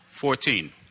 Fourteen